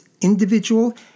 individual